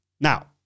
Now